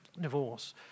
divorce